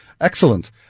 excellent